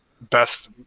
best